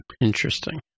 Interesting